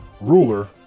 ruler